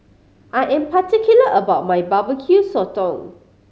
I am particular about my Barbecue Sotong